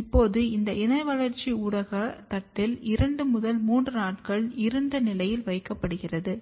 இப்போது இந்த இணை வளர்ச்சி ஊடக தட்டில் 2 முதல் 3 நாட்களுக்கு இருண்ட நிலையில் வைக்கப்படுகிறது